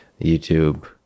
YouTube